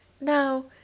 Now